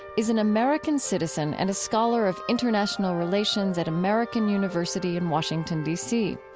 is an american citizen and a scholar of international relations at american university in washington, d c.